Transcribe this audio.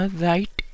right